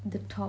the top